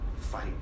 fight